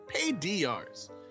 PayDRs